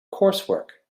coursework